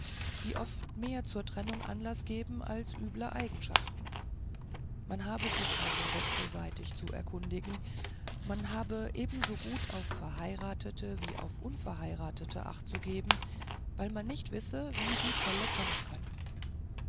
die oft mehr zur trennung anlaß geben als üble eigenschaften man habe sich also wechselseitig zu erkundigen man habe ebensogut auf verheiratete wie auf unverheiratete achtzugeben weil man nicht wisse wie die fälle kommen können